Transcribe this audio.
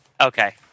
Okay